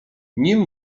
nim